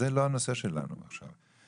זה לא הנושא שלנו עכשיו.